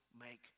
make